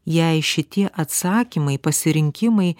jei šitie atsakymai pasirinkimai